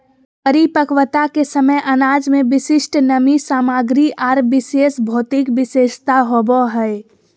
परिपक्वता के समय अनाज में विशिष्ट नमी सामग्री आर विशेष भौतिक विशेषता होबो हइ